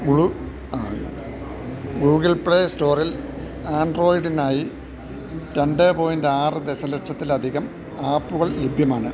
Google പ്ലേസ്റ്റോറിൽ ആൻഡ്രോയിഡിനായി രണ്ട് പോയിന്റ് ആറ് ദശലക്ഷത്തിലധികം ആപ്പുകൾ ലഭ്യമാണ്